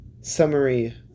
Summary